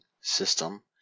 system